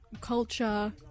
culture